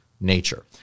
nature